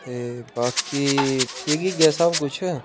ते बाकी ठीक ऐ सब कुछ